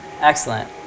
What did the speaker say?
Excellent